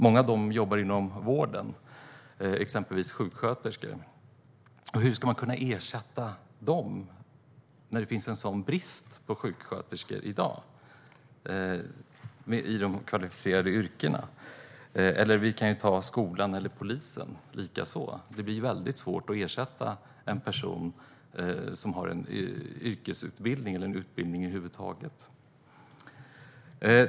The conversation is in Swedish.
Många av dem jobbar inom vården, exempelvis som sjuksköterskor. Hur ska man kunna ersätta dem när det finns en sådan brist på sjuksköterskor i dag i de kvalificerade yrkena? Likaså kan vi ta skolan eller polisen som exempel. Det blir väldigt svårt att ersätta en person som har en yrkesutbildning - eller en utbildning över huvud taget.